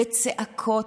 בצעקות,